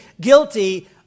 guilty